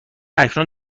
اکنون